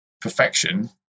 perfection